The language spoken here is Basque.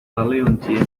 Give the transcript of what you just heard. baleontzien